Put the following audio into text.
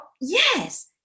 yes